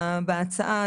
שצוינו בהצעה.